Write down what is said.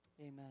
amen